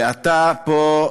ואתה פה,